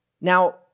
Now